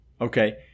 Okay